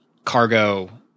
Cargo